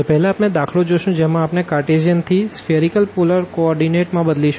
તો પેહલા આપણે દાખલો જોશું જેમાં આપણે કારટેઝિયન થી સ્ફીઅરીકલ પોલર કો ઓર્ડીનેટ માં બદલીશું